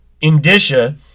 indicia